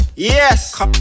Yes